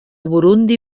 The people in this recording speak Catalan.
burundi